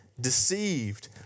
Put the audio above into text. deceived